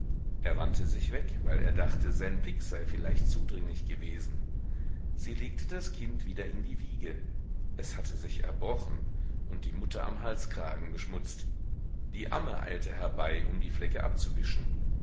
er wandte sich weg weil er dachte sein blick sei vielleicht zudringlich gewesen sie legte das kind wieder in die wiege es hatte sich erbrochen und die mutter am halskragen beschmutzt die amme eilte herbei um die flecke abzuwischen